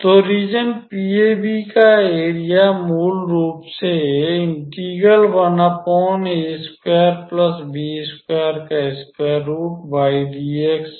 तो reason PAB का area मूल रूप से है